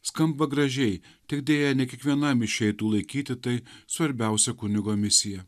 skamba gražiai tik deja ne kiekvienam išeitų laikyti tai svarbiausia kunigo misija